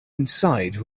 inside